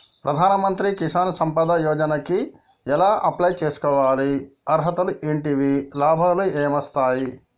ప్రధాన మంత్రి కిసాన్ సంపద యోజన కి ఎలా అప్లయ్ చేసుకోవాలి? అర్హతలు ఏంటివి? లాభాలు ఏమొస్తాయి?